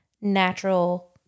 natural